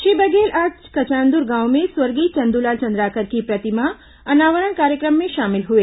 श्री बघेल आज कचांद्र गांव में स्वर्गीय चंद्रलाल चंद्राकर की प्रतिमा अनावरण कार्यक्रम में शामिल हुए